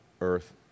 earth